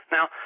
Now